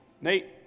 Nate